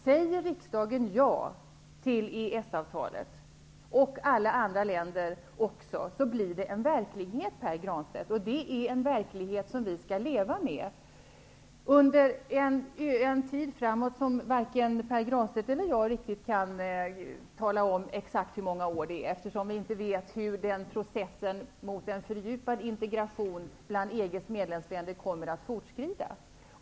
Om riksdagen i Sverige och alla andra länder säger ja till EES-avtalet blir det verklighet, Pär Granstedt. Det är en verklighet som vi skall leva med under en tidsperiod som varken Pär Granstedt eller jag kan överblicka i exakt antal år, eftersom vi inte vet hur processen mot en fördjupad integration bland EG:s medlemsländer kommer att fortskrida.